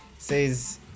says